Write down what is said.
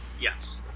Yes